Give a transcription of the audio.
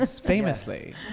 famously